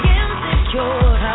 insecure